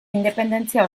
independentzia